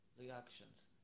Reactions